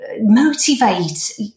motivate